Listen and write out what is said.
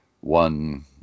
one